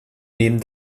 nehmen